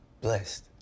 blessed